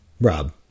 Rob